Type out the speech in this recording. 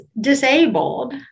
disabled